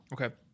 Okay